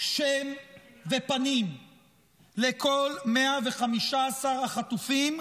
שם ופנים לכל 115 החטופים,